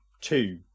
two